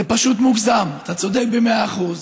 זה פשוט מוגזם, אתה צודק במאה אחוז.